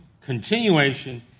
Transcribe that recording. continuation